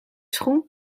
schoen